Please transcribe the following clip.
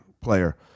player